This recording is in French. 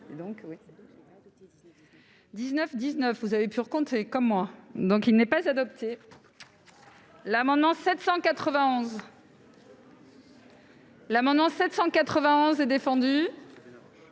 19 19 vous avez pu recompter comme moi, donc il n'est pas adopté l'amendement 791. L'amendement 791 et défendu.